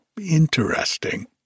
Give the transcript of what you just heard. interesting